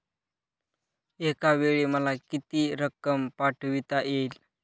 एकावेळी मला किती रक्कम पाठविता येईल?